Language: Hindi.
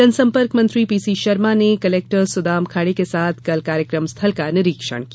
जनसंपर्क मंत्री पीसी शर्मा ने कलेक्टर सुदाम खाडे के साथ कल कार्यक्रम स्थल का निरीक्षण किया